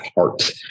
heart